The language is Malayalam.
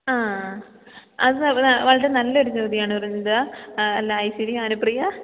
ആ അത് വളരെ നല്ലൊരു ചോദ്യമാണ് വൃന്ദാ അല്ല ഐശ്വര്യ അനുപ്രിയ